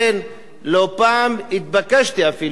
לא פעם התבקשתי אפילו לסייע,